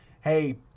hey